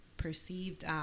perceived